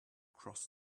cross